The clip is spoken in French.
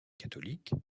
catholiques